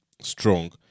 strong